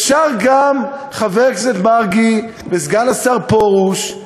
אפשר גם, חבר הכנסת מרגי וסגן השר פרוש,